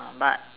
but